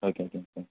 okay ஓகேங்க sir